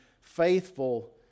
faithful